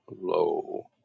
low